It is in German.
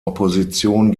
opposition